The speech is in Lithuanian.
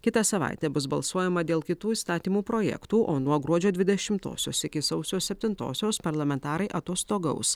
kitą savaitę bus balsuojama dėl kitų įstatymų projektų o nuo gruodžio dvidešimtosios iki sausio septintosios parlamentarai atostogaus